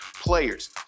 players